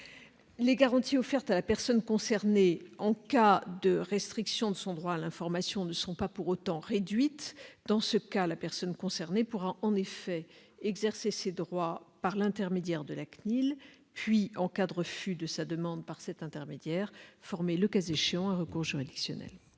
Les garanties offertes à la personne concernée en cas de restriction de son droit à l'information ne sont pas pour autant réduites, puisqu'elle pourra exercer ses droits par l'intermédiaire de la CNIL, puis, en cas de refus de sa demande par cet intermédiaire, former le cas échéant un recours juridictionnel.